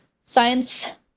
science